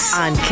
on